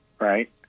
right